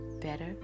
better